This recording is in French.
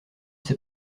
ces